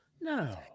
No